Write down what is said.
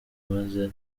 maze